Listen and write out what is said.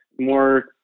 more